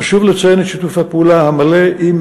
חשוב לציין את שיתוף הפעולה עם מע"צ.